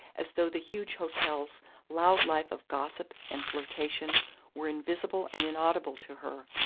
as though the huge hotel's loud life of gossip and flirtation were invisible and inaudible to her.